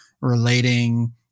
relating